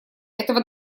этого